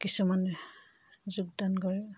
কিছুমানে যোগদান কৰে